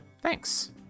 Thanks